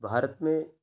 بھارت میں